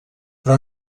però